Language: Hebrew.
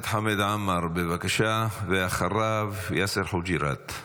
חמד עמאר, בבקשה, ואחריו, יאסר חוג'יראת.